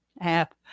app